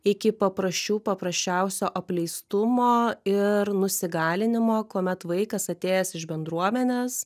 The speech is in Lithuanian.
iki paprasčių paprasčiausio apleistumo ir nusigalinimo kuomet vaikas atėjęs iš bendruomenės